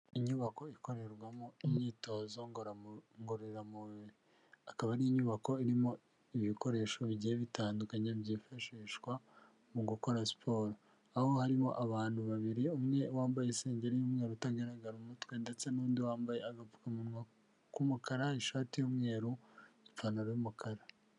Inyubako ikorerwamo imyitozo ngororamubiri, ikaba ari inyubako irimo ibikoresho bigiye bitandukanye byifashishwa mu gukora siporo, aho harimo abantu babiri, umwe wambaye isengeri y'umweru utagaragara umutwe, ndetse n'undi wambaye agapfukamunwa k'umukara, ishati y'umweru n'ipantaro y'umukara.